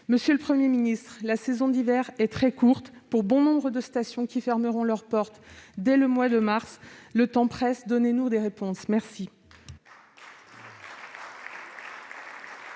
Monsieur le Premier ministre, la saison d'hiver est très courte. Pour bon nombre de stations qui fermeront leurs portes dès le mois de mars, le temps presse. Donnez-nous des réponses !